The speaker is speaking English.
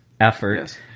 effort